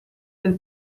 del